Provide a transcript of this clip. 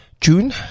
June